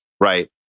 right